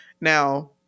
now